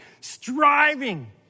striving